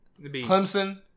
Clemson